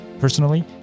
Personally